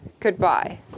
goodbye